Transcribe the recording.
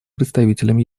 представителем